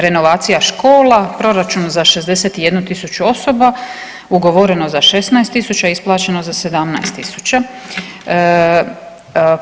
Renovacija škola, proračun za 61 000 osoba, ugovoreno za 16 000, isplaćeno za 17 000.